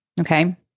okay